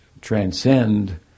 transcend